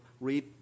Read